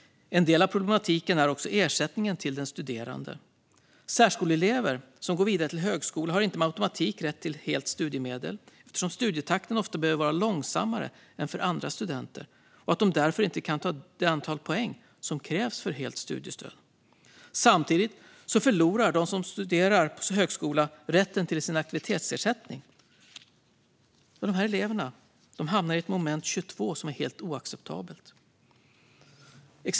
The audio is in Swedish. En del av problematiken är ersättningen till den studerande. Särskoleelever som går vidare till högskola har inte med automatik rätt till helt studiemedel eftersom studietakten ofta behöver vara långsammare än för andra studenter och de därför inte kan ta det antal poäng som krävs för helt studiestöd. Samtidigt förlorar den som studerar på högskola rätten till sin aktivitetsersättning. Dessa elever hamnar i ett moment 22 som är helt oacceptabelt.